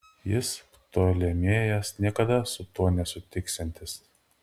jis ptolemėjas niekada su tuo nesutiksiantis